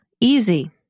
Easy